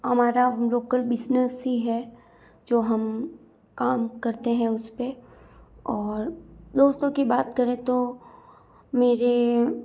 हमारा local business ही है जो हम काम करते हैं उसपे और दोस्तों की बात करें तो मेरे